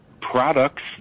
products